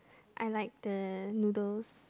I like the noodles